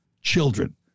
children